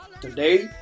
Today